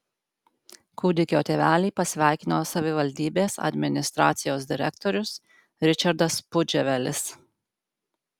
kūdikio tėvelį pasveikino savivaldybės administracijos direktorius ričardas pudževelis